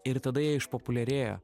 ir tada jie išpopuliarėjo